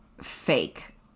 fake